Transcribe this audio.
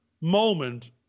moment